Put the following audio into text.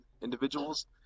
individuals